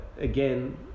again